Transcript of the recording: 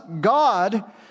God